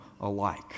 alike